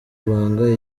ibanga